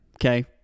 okay